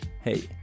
Hey